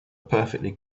perfectly